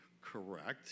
correct